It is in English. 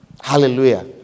Hallelujah